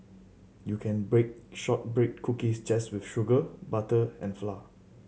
you can bake shortbread cookies just with sugar butter and flour